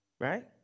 right